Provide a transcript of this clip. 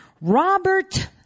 Robert